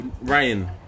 Ryan